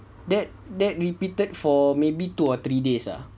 that that repeated for maybe two or three days ah